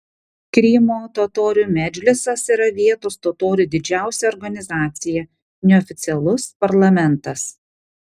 krymo totorių medžlisas yra vietos totorių didžiausia organizacija neoficialus parlamentas